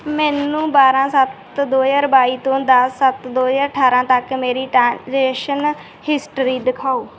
ਮੈਨੂੰ ਬਾਰ੍ਹਾਂ ਸੱਤ ਦੋ ਹਜ਼ਾਰ ਬਾਈ ਤੋਂ ਦਸ ਸੱਤ ਦੋ ਹਜ਼ਾਰ ਅਠਾਰ੍ਹਾਂ ਤੱਕ ਮੇਰੀ ਟ੍ਰਾਂਜੈਸ਼ਨ ਹਿਸਟਰੀ ਦਿਖਾਓ